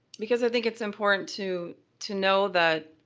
because i think it's important to to know that